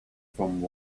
from